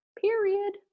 period